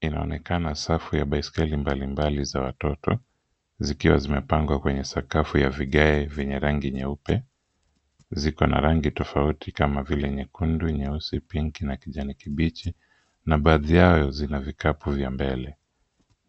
Inaonekana safu ya baiskeli mbalimbali za watoto, zikiwa zimepangwa kwenye sakafu ya vigae venye rangi nyeupe. Ziko na rangi tofauti kama vile nyekundu, nyeusi pink na kijani kibichi na baadhi yao zina vikapu vya mbele.